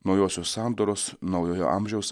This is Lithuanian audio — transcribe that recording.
naujosios sandoros naujojo amžiaus